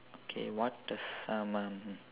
okay what does summon mean